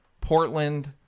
Portland